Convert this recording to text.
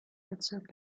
bezirk